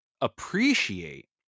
appreciate